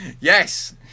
Yes